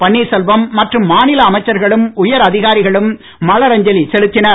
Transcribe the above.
பன்னீர் செல்வம் மற்றும் மாநில அமைச்சர்களும் உயர் அதிகாரிகளும் மலர் அஞ்சலி செலுத்தினர்